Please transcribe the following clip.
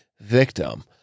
victim